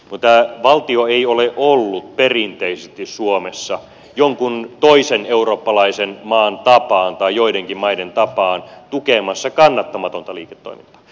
mutta valtio ei ole ollut perinteisesti suomessa jonkun toisen eurooppalaisen maan tapaan tai joidenkin maiden tapaan tukemassa kannattamatonta liiketoimintaa